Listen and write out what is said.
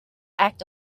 act